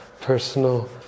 personal